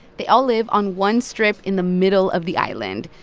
they all live on one strip in the middle of the island.